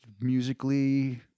musically